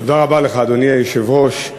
אדוני היושב-ראש,